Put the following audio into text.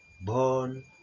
born